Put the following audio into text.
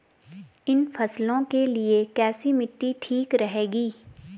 इन फसलों के लिए कैसी मिट्टी ठीक रहेगी?